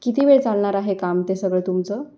किती वेळ चालणार आहे काम ते सगळं तुमचं